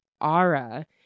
ara